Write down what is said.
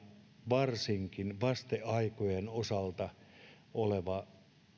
varsinkin vasteaikojen osalta